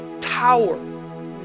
tower